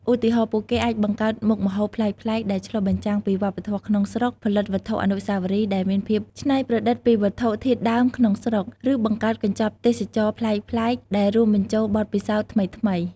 ឧទាហរណ៍ ពួកគេអាចបង្កើតមុខម្ហូបប្លែកៗដែលឆ្លុះបញ្ចាំងពីវប្បធម៌ក្នុងស្រុក ផលិតវត្ថុអនុស្សាវរីយ៍ដែលមានភាពច្នៃប្រឌិតពីវត្ថុធាតុដើមក្នុងស្រុក ឬបង្កើតកញ្ចប់ទេសចរណ៍ប្លែកៗដែលរួមបញ្ចូលបទពិសោធន៍ថ្មីៗ។